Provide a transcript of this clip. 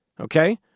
okay